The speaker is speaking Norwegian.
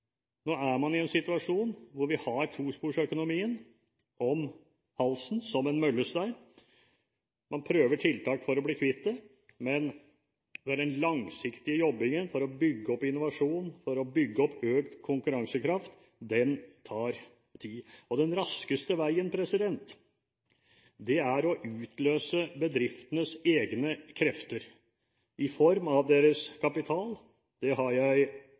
Nå er man i en situasjon hvor vi har tosporsporsøkonomien – som en møllestein om halsen. Man prøver tiltak for å bli kvitt det, men den langsiktige jobbingen for å bygge opp innovasjon og for å bygge opp økt konkurransekraft tar tid. Den rakeste veien er å utløse bedriftenes egne krefter i form av deres kapital – det har jeg